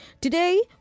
Today